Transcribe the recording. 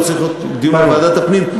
הוא צריך להיות דיון בוועדת הפנים,